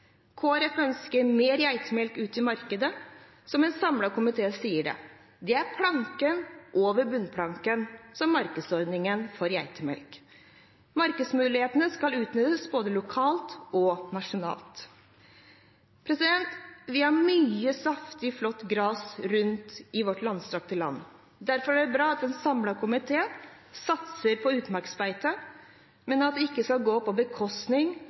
ønsker mer geitemelk ut i markedet, som en samlet komité sier det. Det er planken over bunnplanken, markedsordningen for geitemelk. Markedsmulighetene skal utnyttes både lokalt og nasjonalt. Vi har mye saftig flott gras rundt om i vårt langstrakte land. Derfor er det bra at en samlet komité satser på utmarksbeite, men at det ikke skal gå på bekostning